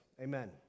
amen